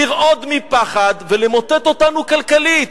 לרעוד מפחד ולמוטט אותנו כלכלית.